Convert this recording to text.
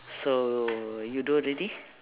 so you do already